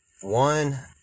One